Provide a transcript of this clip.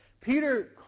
Peter